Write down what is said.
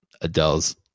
Adele's